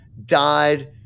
died